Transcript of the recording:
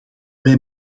wij